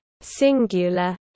singular